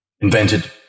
invented